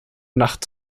nacht